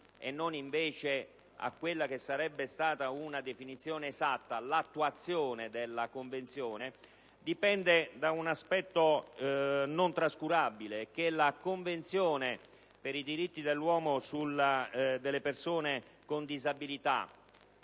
e non, invece, a quella che sarebbe stata una definizione esatta nell'attuazione della Convenzione) dipende da un aspetto non trascurabile. La Convenzione sui diritti delle persone con disabilità